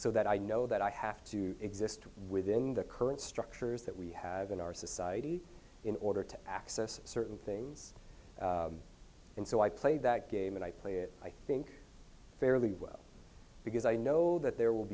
so that i know that i have to exist within the current structures that we have in our society in order to access certain things and so i play that game and i play it i think fairly well because i know that there will